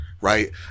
right